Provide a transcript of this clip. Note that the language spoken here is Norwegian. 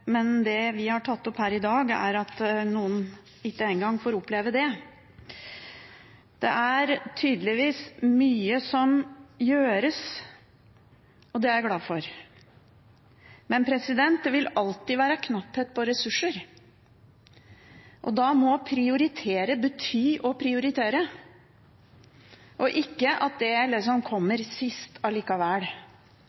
Men det vi har tatt opp her i dag, er at noen ikke engang får oppleve det. Det er tydeligvis mye som gjøres, og det er jeg glad for. Men det vil alltid være knapphet på ressurser. Da må det å prioritere bety å prioritere, og ikke at det kommer sist allikevel. Det er